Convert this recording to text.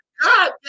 God